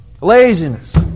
laziness